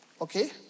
Okay